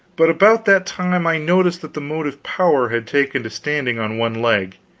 but about that time i noticed that the motive power had taken to standing on one leg,